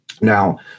Now